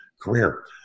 career